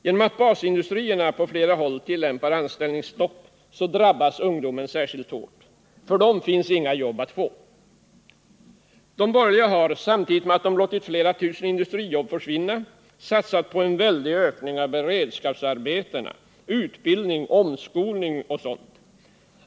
Genom att basindustrierna på flera håll tillämpar anställningsstopp och s.k. naturlig avgång drabbas ungdomen särskilt hårt. För dem finns inga jobb att få. De borgerliga har — samtidigt med att de låtit flera tusen industrijobb försvinna — satsat på en väldig ökning av beredskapsarbeten, utbildning, omskolning m.m.